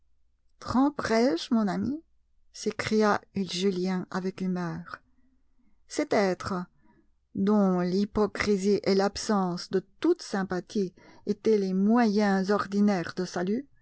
tromperai je mon ami s'écria julien avec humeur cet être dont l'hypocrisie et l'absence de toute sympathie étaient les moyens ordinaires de salut